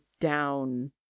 down